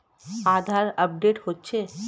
আধার update হচ্ছে?